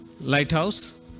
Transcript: Lighthouse